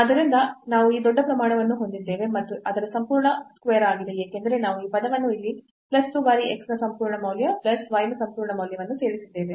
ಆದ್ದರಿಂದ ನಾವು ಈ ದೊಡ್ಡ ಪ್ರಮಾಣವನ್ನು ಹೊಂದಿದ್ದೇವೆ ಮತ್ತು ಅದು ಸಂಪೂರ್ಣ square ಆಗಿದೆ ಏಕೆಂದರೆ ನಾವು ಈ ಪದವನ್ನು ಇಲ್ಲಿ ಪ್ಲಸ್ 2 ಬಾರಿ x ನ ಸಂಪೂರ್ಣ ಮೌಲ್ಯ ಪ್ಲಸ್ y ನ ಸಂಪೂರ್ಣ ಮೌಲ್ಯವನ್ನು ಸೇರಿಸಿದ್ದೇವೆ